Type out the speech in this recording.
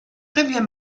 revier